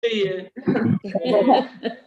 תהיה.